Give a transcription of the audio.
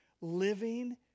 Living